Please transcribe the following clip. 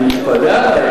אני מתפלא עלייך,